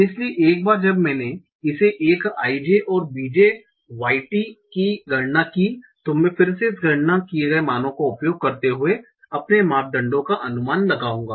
इसलिए एक बार जब मैंने इसे एक i j और b j y t की गणना की तो मैं फिर से इन गणना किए गए मानों का उपयोग करते हुए अपने मापदंडों का अनुमान लगाऊंगा